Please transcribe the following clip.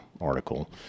article